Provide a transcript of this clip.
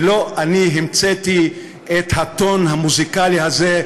ולא אני המצאתי את הטון המוזיקלי הזה,